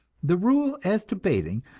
the rule as to bathing,